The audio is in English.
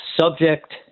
subject